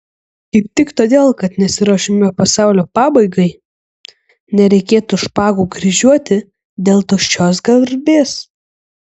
kaip tik todėl kad nesiruošiame pasaulio pabaigai nereikėtų špagų kryžiuoti dėl tuščios garbės